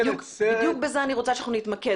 בדיוק בזה אני רוצה שאנחנו נתמקד,